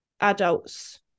adults